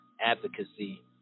Advocacy